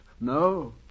No